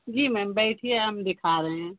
जी ma'am बैठिये हम दिखा रहे हैं